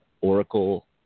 oracle